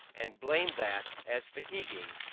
and blame that as fatiguing,